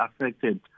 affected